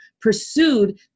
pursued